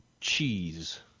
cheese